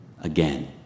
again